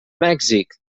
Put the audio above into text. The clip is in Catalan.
mèxic